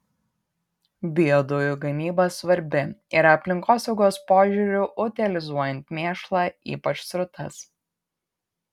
biodujų gamyba svarbi ir aplinkosaugos požiūriu utilizuojant mėšlą ypač srutas